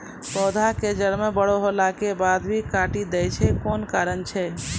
पौधा के जड़ म बड़ो होला के बाद भी काटी दै छै कोन कारण छै?